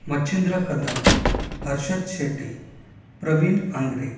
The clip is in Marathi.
मच्छिंद्र कदम हर्षद शेटे प्रवीन आंगरे